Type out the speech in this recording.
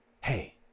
Hey